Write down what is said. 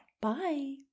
Bye